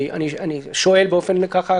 אני שואל ככה באופן כללי.